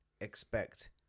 expect